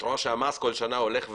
את רואה שהמס כל שנה הולך ועולה.